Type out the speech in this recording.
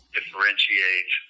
differentiate